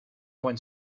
went